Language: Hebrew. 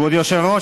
כבוד היושב-ראש,